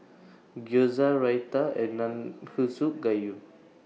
Gyoza Raita and Nanakusa Gayu